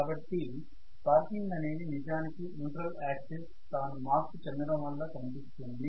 కాబట్టి స్పార్కింగ్ అనేది నిజానికి న్యూట్రల్ యాక్సిస్ తాను మార్పు అవడంవల్ల కనిపిస్తుంది